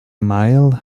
mile